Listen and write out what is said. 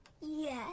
yes